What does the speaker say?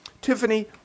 Tiffany